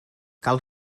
cal